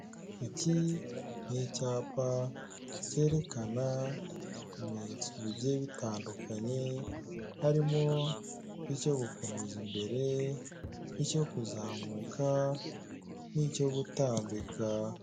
Iki ni icyapa cyerekana ibimenyetso bigiye bitandukanye, harimo icyo gukomeza imbere, icyo kuzamuka, n'icyo gutambika.